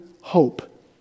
hope